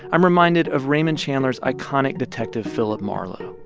i'm reminded of raymond chandler's iconic detective philip marlowe.